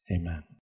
Amen